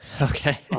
Okay